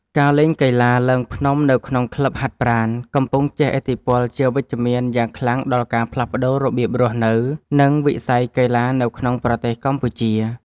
ការលេងកីឡាឡើងភ្នំនៅក្នុងក្លឹបហាត់ប្រាណ កំពុងជះឥទ្ធិពលជាវិជ្ជមានយ៉ាងខ្លាំងដល់ការផ្លាស់ប្តូររបៀបរស់នៅ និងវិស័យកីឡានៅក្នុងប្រទេសកម្ពុជា។